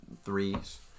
threes